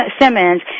Simmons